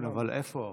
כן, אבל איפה?